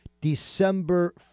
December